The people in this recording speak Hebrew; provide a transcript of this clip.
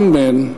one man,